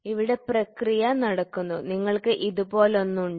ഇവിടെ പ്രക്രിയ നടക്കുന്നു നിങ്ങൾക്ക് ഇതുപോലൊന്ന് ഉണ്ട്